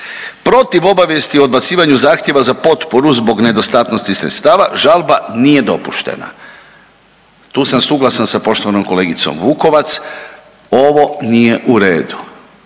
Protiv obavijesti o odbacivanju zahtjeva za potporu zbog nedostatnosti sredstava žalba nije dopuštena. Tu sam suglasan sa poštovanom kolegicom Vukovac ovo nije u redu.